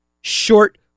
Short